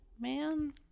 man